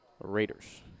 Raiders